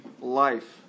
life